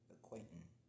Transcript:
Acquaintance